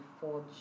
forge